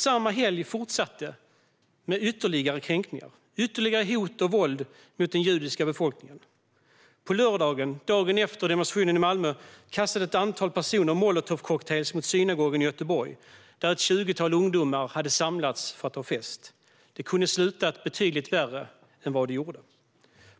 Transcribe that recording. Samma helg fortsatte det hela med ytterligare kränkningar och ytterligare hot och våld mot den judiska befolkningen. På lördagen, dagen efter demonstrationen i Malmö, kastade ett antal personer molotovcocktails mot synagogan i Göteborg, där ett 20-tal ungdomar hade samlats för att ha fest. Det kunde ha slutat betydligt värre än det gjorde.